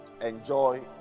enjoy